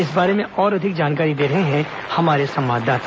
इस बारे में और अधिक जानकारी दे रहे हैं हमारे संवाददाता